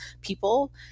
people